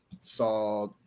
saw